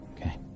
Okay